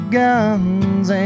guns